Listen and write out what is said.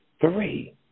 three